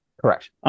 Correct